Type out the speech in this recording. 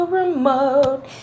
remote